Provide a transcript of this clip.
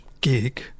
gig